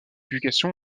publication